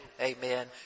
amen